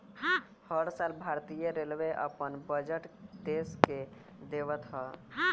हर साल भारतीय रेलवे अपन बजट देस के देवत हअ